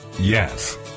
Yes